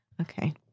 Okay